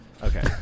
okay